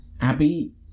Abby